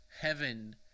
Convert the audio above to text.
heaven